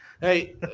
Hey